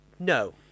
No